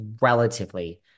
relatively